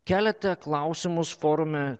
keliate klausimus forume